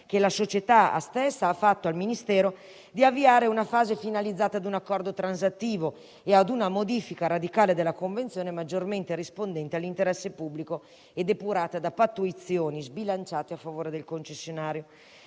che la società stessa ha fatto al Ministero, di avviare una fase finalizzata a un accordo transattivo e a una modifica radicale della convenzione, maggiormente rispondente all'interesse pubblico e depurata da pattuizioni sbilanciate a favore del concessionario.